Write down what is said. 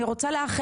אני רוצה לתת